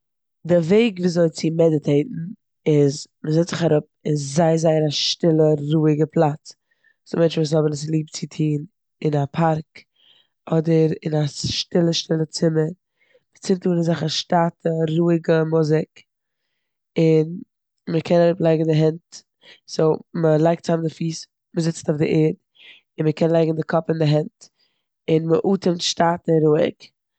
די וועג וויאזוי צו מעדיטעיטן איז מ'זעצט זיך אראפ אין זייער זייער א שטילע רואיגע פלאץ, ס'דא מענטשן וואס האבן עס ליב צו טון אין א פארק אדער אין א שטילע שטילע ציממער. מ'צינדט אן אזעלכע שטאטע רואיגע מוזיק און מ'קען אראפלייגן די הענט, סאו מ'לייגט מאם די פיס, מ'זיצט אויף די ערד, און מ'קען ליגן די קאפ אין די הענט און מ'אטעמט שטאט און רואיג.